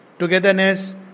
Togetherness